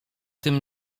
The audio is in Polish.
tym